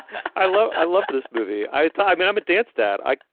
i love. i love this movie. i thought mama dance that i.